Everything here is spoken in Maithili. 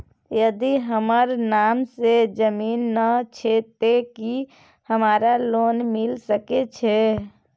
यदि हमर नाम से ज़मीन नय छै ते की हमरा लोन मिल सके छै?